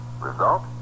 Result